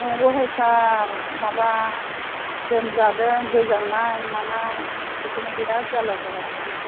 नंगौहाय सार माबा लोमजादों गोजांनाय मानाय बेखौनो बिराद जाल्ला जागासिनो आं